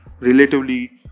relatively